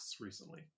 recently